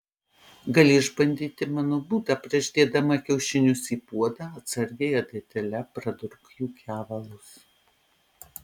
gali išbandyti mano būdą prieš dėdama kiaušinius į puodą atsargiai adatėle pradurk jų kevalus